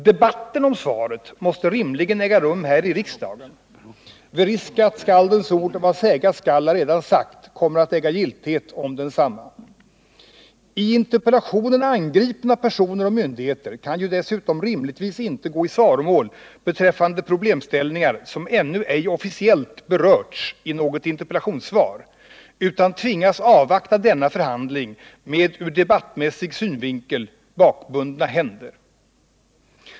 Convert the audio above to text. Debatten om svaret måste rimligen äga rum här i riksdagen, annars finns risk att talesättet ”vad sägas skall är redan sagt” kommer att äga giltighet om densamma. I interpellationen angripna personer och myndigheter kan dessutom inte rimligen gå i svaromål beträffande problemställningar som ännu ej officiellt berörts i något interpellationssvar, utan tvingas avvakta denna förhandling med ur debattmässig synvinkel bakbundna händer.